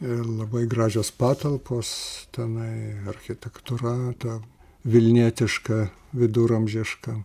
ir labai gražios patalpos tenai architektūra ta vilnietiška viduramžiška